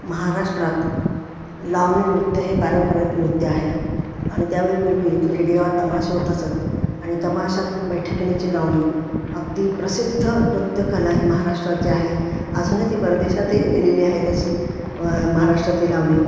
महाराष्ट्रात लावणी नृत्य हे पारंपरिक नृत्य आहे आणि त्यावेळी पूर्वी इथं खेडेगावात तमाशे होत असत आणि तमाशात बैठकिणीची लावणी अगदी प्रसिद्ध नृत्यकला ही महाराष्ट्राची आहे अजूनही ती परदेशातही गेलेली आहे तशी महाराष्ट्रातील लावणी